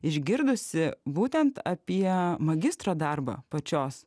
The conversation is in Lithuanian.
išgirdusi būtent apie magistro darbą pačios